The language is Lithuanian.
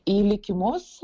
į likimus